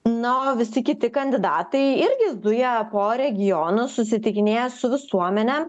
na o visi kiti kandidatai irgi zuja po regionus susitikinėja su visuomene